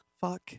Fuck